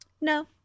No